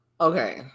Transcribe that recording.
Okay